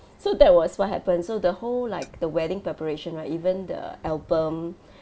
so that was what happened so the whole like the wedding preparation right even the album